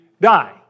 die